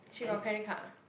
she got credit card ah